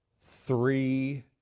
three